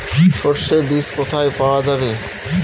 সর্ষে বিজ কোথায় পাওয়া যাবে?